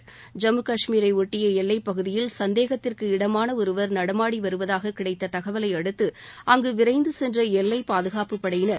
ஐம்மு கஷ்மீரை ஒட்டிய எல்லைப்பகுதியில் சந்தேகத்திற்கு இடமான ஒருவர் நடமாடி வருவதாக கிடைத்த தகவலை அடுத்து அங்கு விரைந்து சென்ற எல்லை பாதுகாப்பு படையினர்